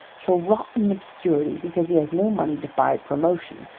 shall rot in obscurity because he has no money to buy promotion,